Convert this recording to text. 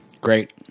Great